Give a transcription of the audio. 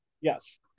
Yes